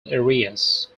areas